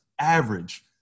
average